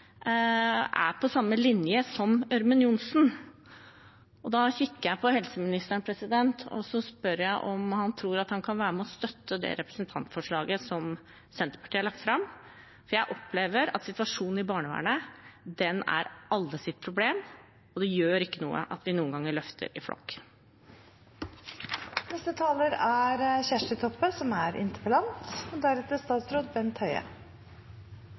er på samme linje som Ørmen Johnsen – og da kikker jeg på helseministeren og spør om han tror at han kan være med og støtte det representantforslaget som Senterpartiet har lagt fram. For jeg opplever at situasjonen i barnevernet er alles problem, og det gjør ikke noe at vi noen ganger løfter i flokk. Det som gjeld helsesjekk, er